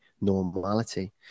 normality